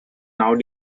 now